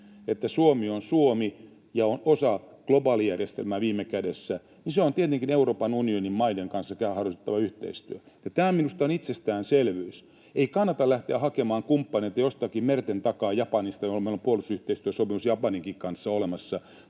että Suomi on Suomi ja osa globaalijärjestelmää viime kädessä, niin se on tietenkin Euroopan unionin maiden kanssa harrastettava yhteistyö. Tämä on minusta itsestäänselvyys. Ei kannata lähteä hakemaan kumppaneita jostakin merten takaa, vaikka Japanista — meillähän on puolustusyhteistyösopimus Japaninkin kanssa olemassa